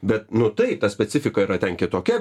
bet nu taip ta specifika yra ten kitokia